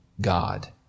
God